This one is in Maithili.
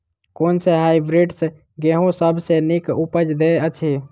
कुन सँ हायब्रिडस गेंहूँ सब सँ नीक उपज देय अछि?